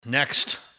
Next